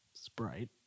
Sprite